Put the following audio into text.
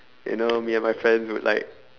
you know me and friends would like